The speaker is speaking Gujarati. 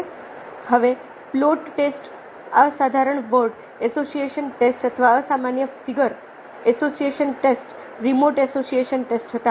હવે પ્લોટ ટેસ્ટ અસાધારણ વર્ડ એસોસિએશન ટેસ્ટ અથવા અસામાન્ય figure association test remote association test હતા